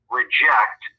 reject